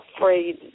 afraid